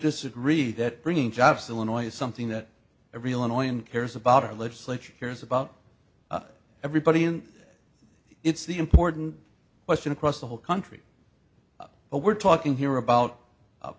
disagree that bringing jobs illinois is something that every illinois and cares about our legislature cares about everybody and it's the important question across the whole country but we're talking here about